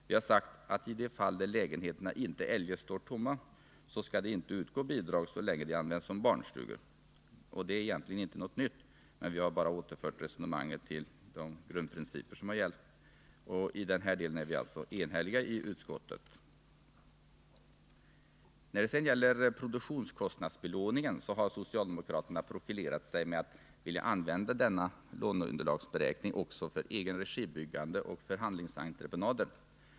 Vi har sagt att i de fall där lägenheterna inte eljest står tomma skall det inte utgå bidrag så länge de används som barnstugor. Det är egentligen inte något nytt. Vi har bara återfört resonemanget till de grundprinciper som har gällt. I den delen är vi också eniga i utskottet. När det sedan gäller produktionskostnadsbelåningen har socialdemokraterna profilerat sig genom att vilja använda denna låneunderlagsberäkning också för egenregibyggande och förhandlingsentreprenader.